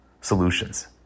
solutions